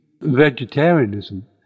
vegetarianism